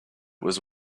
was